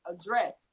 address